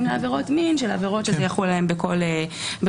לעבירות מין של עבירות שזה יחול עליהן בכל מקרה.